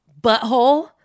butthole